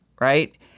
right